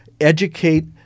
educate